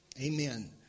Amen